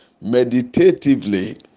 meditatively